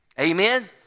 Amen